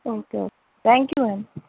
okay okay thank you ma'am